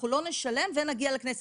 אנחנו לא נשלם ונגיע לכנסת.